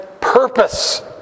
purpose